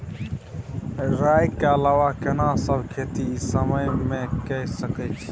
राई के अलावा केना सब खेती इ समय म के सकैछी?